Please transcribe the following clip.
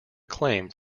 acclaim